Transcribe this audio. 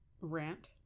rant